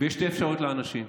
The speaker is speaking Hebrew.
יש שתי אפשרויות לאנשים: